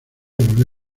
volvió